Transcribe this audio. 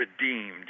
redeemed